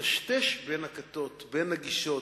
לצערי הרב, הפעם המכה הוא אדם מקרבנו, ראש הממשלה,